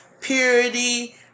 purity